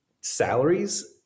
salaries